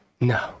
No